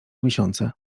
miesiące